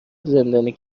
زندانی